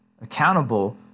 accountable